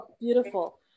beautiful